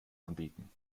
anbieten